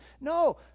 No